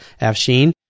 Afshin